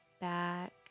back